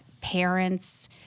parents